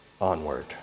onward